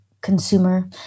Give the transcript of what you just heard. consumer